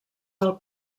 del